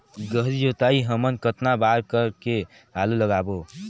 गहरी जोताई हमन कतना बार कर के आलू लगाबो?